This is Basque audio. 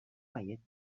baietz